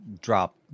drop